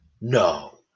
No